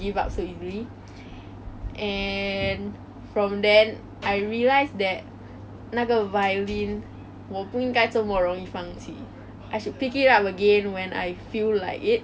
so what I remember in band there were so many things I I connected to many many people and made really really good friends